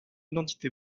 identité